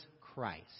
Christ